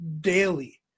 daily